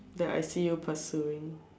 that I see you pursue